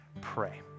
pray